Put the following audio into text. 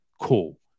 cool